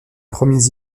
premiers